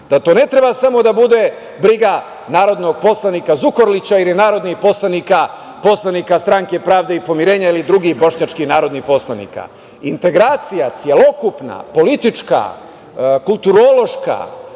Da to ne treba samo da bude briga narodnog poslanika, Zukorlića ili narodnih poslanika Stranke pravde i pomirenja ili drugih bošnjačkih narodnih poslanika. Celokupna politička i kulturološka